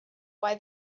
why